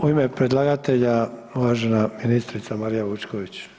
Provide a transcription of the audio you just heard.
U ime predlagatelja uvažena ministrica Marija Vučković.